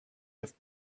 have